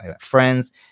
friends